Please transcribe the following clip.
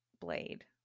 Blade